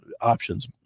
options